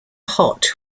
hot